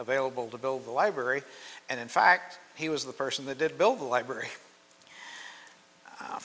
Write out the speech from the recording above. available to build the library and in fact he was the person that did build the library